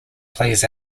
plays